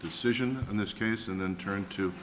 decision in this case and then turn to